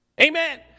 Amen